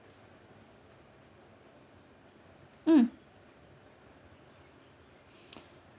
mm